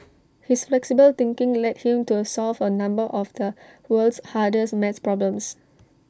his flexible thinking led him to solve A number of the world's hardest math problems